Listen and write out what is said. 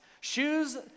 Shoes